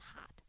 hot